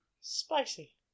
Spicy